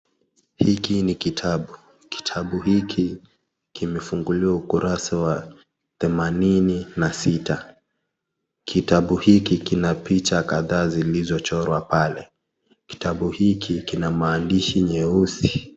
Hiki ni kitabu. Kitabu hiki kimefunguliwa ukurasa wa themanini na sita, kitabu hiki kina picha kadhaa zilizochorwa pale, kitabu hiki kina maandhishi meusi.